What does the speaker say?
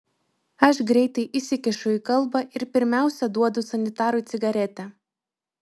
aš greitai įsikišu į kalbą ir pirmiausia duodu sanitarui cigaretę